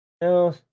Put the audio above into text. No